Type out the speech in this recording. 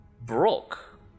broke